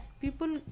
people